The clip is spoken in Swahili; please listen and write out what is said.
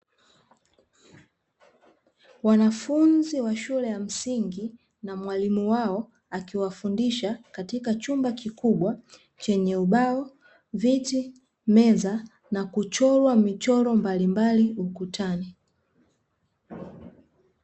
Wanafunzi wa shule ya msingi na mwalimu wao akiwafundisha katika chumba kikubwa chenye ubao, viti, meza na kuchorwa michoro mbalimbali ukutani.